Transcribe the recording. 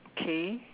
okay